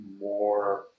more